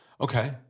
Okay